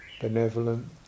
benevolent